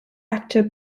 actors